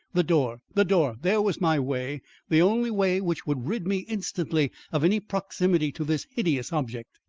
the door the door there was my way the only way which would rid me instantly of any proximity to this hideous object.